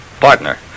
Partner